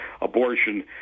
abortion